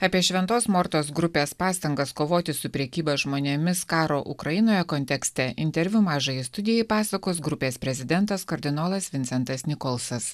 apie šventos mortos grupės pastangas kovoti su prekyba žmonėmis karo ukrainoje kontekste interviu mažajai studijai pasakos grupės prezidentas kardinolas vincentas nikolsas